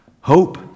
Hope